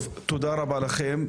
טוב, תודה רבה לכם.